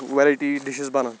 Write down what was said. variety dishes بَنان